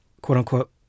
quote-unquote